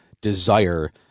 desire